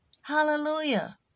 Hallelujah